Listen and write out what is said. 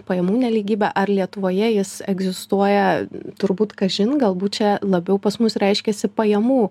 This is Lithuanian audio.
pajamų nelygybę ar lietuvoje jis egzistuoja turbūt kažin galbūt čia labiau pas mus reiškiasi pajamų